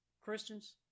Christians